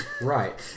Right